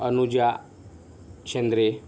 Anuja Shendre